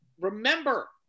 Remember